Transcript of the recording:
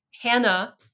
Hannah